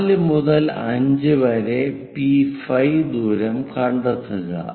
4 മുതൽ 5 വരെ P5 ദൂരം കണ്ടെത്തുക